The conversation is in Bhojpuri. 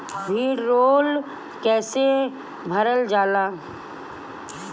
भीडरौल कैसे भरल जाइ?